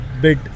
bit